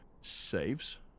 saves